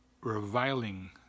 reviling